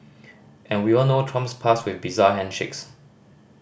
and we all know Trump's past with bizarre handshakes